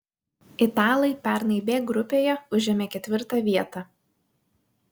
italai pernai b grupėje užėmė ketvirtą vietą